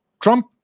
Trump